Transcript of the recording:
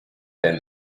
than